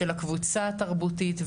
של הקבוצה התרבותית,